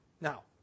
Now